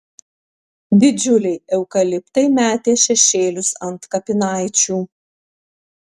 didžiuliai eukaliptai metė šešėlius ant kapinaičių